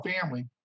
family